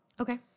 Okay